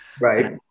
right